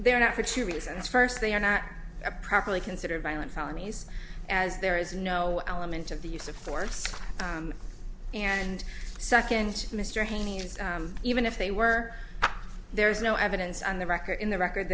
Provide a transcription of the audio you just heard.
they are not for two reasons first they are not properly considered violent felonies as there is no element of the use of force and second mr haynes even if they were there is no evidence on the record in the record